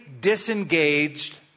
disengaged